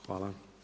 Hvala.